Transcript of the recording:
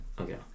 Okay